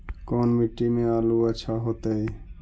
कोन मट्टी में आलु अच्छा होतै?